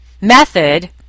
method